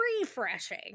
refreshing